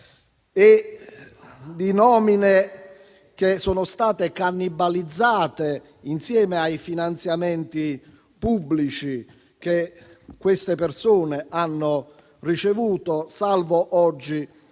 e di nomine che sono state cannibalizzate, insieme ai finanziamenti pubblici che queste persone hanno ricevuto, salvo oggi